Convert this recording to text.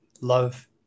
love